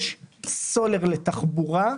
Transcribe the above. יש סולר לתחבורה,